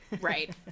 Right